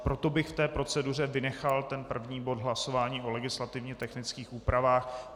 Proto bych v proceduře vynechal první bod hlasování o legislativně technických úpravách.